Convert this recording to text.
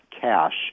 cash